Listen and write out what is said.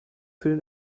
für